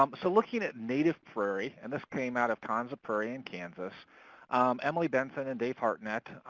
um but so looking at native prairie and this came out of konza prairie in kansas emily benson and dave hartnett